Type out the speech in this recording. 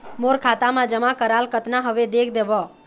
मोर खाता मा जमा कराल कतना हवे देख देव?